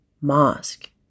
mosque